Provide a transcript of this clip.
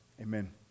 Amen